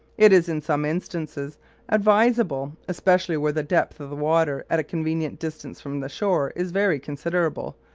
it is in some instances advisable, especially where the depth of the water at a convenient distance from the shore is very considerable,